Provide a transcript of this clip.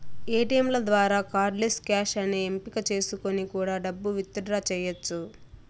ఏటీయంల ద్వారా cardless cash అనే ఎంపిక చేసుకొని కూడా డబ్బు విత్ డ్రా చెయ్యచ్చు